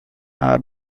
are